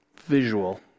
visual